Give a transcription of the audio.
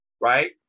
right